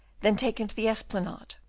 then taken to the esplanade,